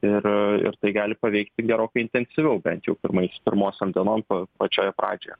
ir ir tai gali paveikti gerokai intensyviau bent jau pirmais pirmosiom dienom pa pačioje pradžioje